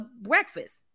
breakfast